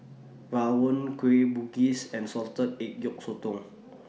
Rawon Kueh Bugis and Salted Egg Yolk Sotong